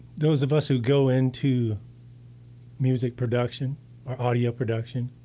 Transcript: those of us who go into music production or audio production